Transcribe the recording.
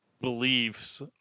beliefs